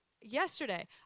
Yesterday